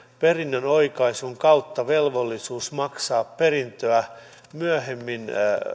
perinnönjaon oikaisun kautta velvollisuus maksaa perintöä myöhemmin